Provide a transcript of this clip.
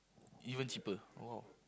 even cheaper !wow!